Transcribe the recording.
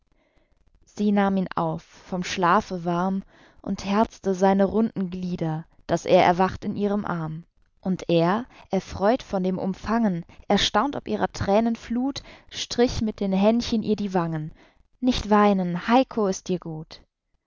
sie nahm ihn auf vom schlafe warm und herzte seine runden glieder daß er erwacht in ihrem arm und er erfreut von dem umfangen erstaunt ob ihrer thränen fluth strich mit den händchen ihr die wangen nicht weinen heiko ist dir gut